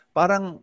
parang